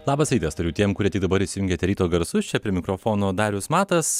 labas rytas tariu tiem kurie tik dabar įsijungėte ryto garsus čia prie mikrofono darius matas